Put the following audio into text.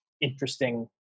interesting